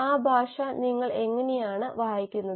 ആ ഭാഷ നിങ്ങൾ എങ്ങനെയാണ് വായിക്കുന്നത്